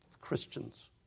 Christians